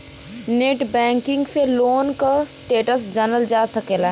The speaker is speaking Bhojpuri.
नेटबैंकिंग से लोन क स्टेटस जानल जा सकला